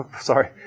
Sorry